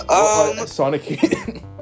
Sonic